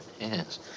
yes